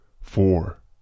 four